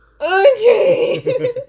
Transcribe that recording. Okay